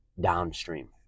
downstream